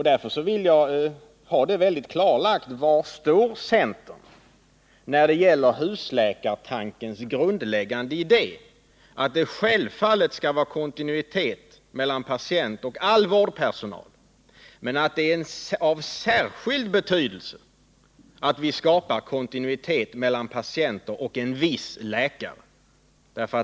Därför vill jag ha klarlagt: Var står centern när det gäller husläkartankens grundläggande idé, att det självfallet skall vara kontinuitet mellan patient och all vårdpersonal men att det är av särskild betydelse att vi skapar kontinuitet mellan patienter och en viss läkare?